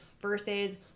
versus